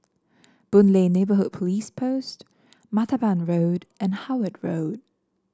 Boon Lay Neighbourhood Police Post Martaban Road and Howard Road